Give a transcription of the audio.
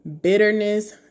bitterness